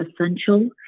essential